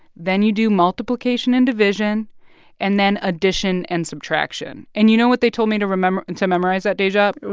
then you do multiplication and division and then addition and subtraction. and you know what they told me to remember to memorize that, dajae? what?